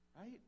Right